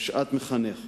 שעת מחנך.